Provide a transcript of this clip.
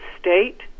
state